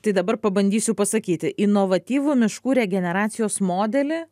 tai dabar pabandysiu pasakyti inovatyvų miškų regeneracijos modelį